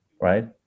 right